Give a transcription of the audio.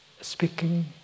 speaking